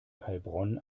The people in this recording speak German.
heilbronn